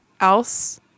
else